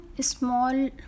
small